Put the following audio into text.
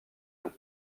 long